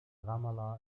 ramallah